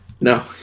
No